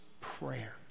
prayer